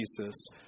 Jesus